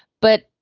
but,